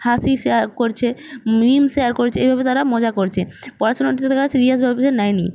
হাসি শেয়ার করছে meme share করছে এভাবে তারা মজা করছে পড়াশোনা সিরিয়াসভাবে নেয়নি